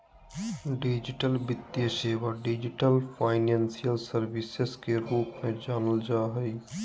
digital वित्तीय सेवा, digital financial services के रूप में जानल जा हइ